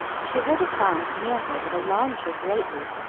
she heard a sound near her that alarmed her greatly.